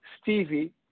Stevie